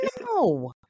no